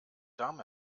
darm